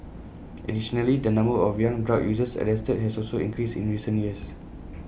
additionally the number of young drug users arrested has also increased in recent years